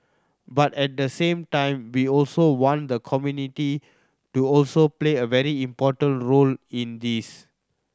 but at the same time we also want the community to also play a very important role in this